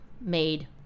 made